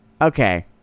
Okay